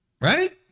Right